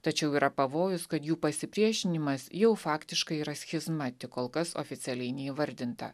tačiau yra pavojus kad jų pasipriešinimas jau faktiškai yra schizma tik kol kas oficialiai neįvardinta